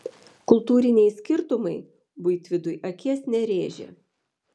kultūriniai skirtumai buitvidui akies nerėžė